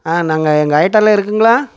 ஆ நாங்கள் எங்கள் ஐட்டலாம் இருக்குதுங்களா